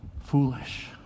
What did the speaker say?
Foolish